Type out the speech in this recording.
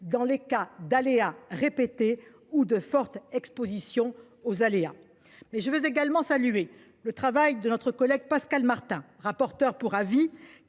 dans les cas d’aléas répétés ou de forte exposition aux aléas. Je salue également l’implication de notre collègue Pascal Martin, rapporteur pour avis,